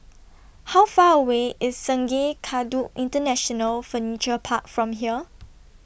How Far away IS Sungei Kadut International Furniture Park from here